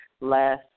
last